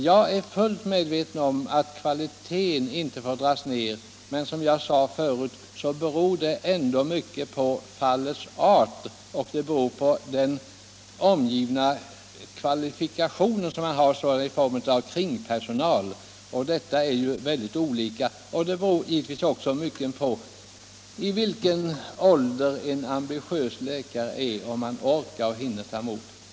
Jag är fullt medveten om att kvaliteten inte får dras ned, men som jag tidigare sade beror det mycket på fallens art och resurserna i form av kvalifikationer hos assisterande personal hur många besök en läkare kan ta emot, och dessa förhållanden är olika. Det beror givetvis mycket på i vilken ålder en ambitiös läkare är om han orkar och hinner ta emot.